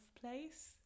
place